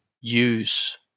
use